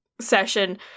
session